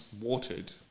watered